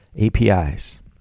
APIs